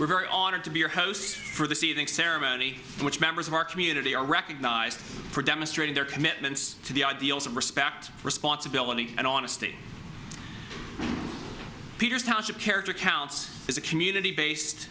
we're very honored to be your host for the seething ceremony which members of our community are recognized for demonstrating their commitments to the ideals of respect responsibility and honesty peters township character counts as a community based